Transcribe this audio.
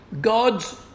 God's